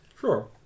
Sure